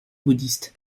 bouddhiste